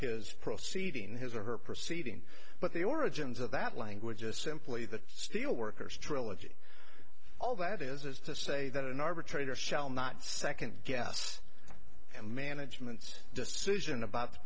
his proceeding in his or her proceeding but the origins of that language is simply the steelworkers trilogy all that is is to say that an arbitrator shall not second guess and management's decision about t